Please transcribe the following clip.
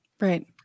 Right